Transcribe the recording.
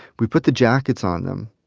we put the jackets on them,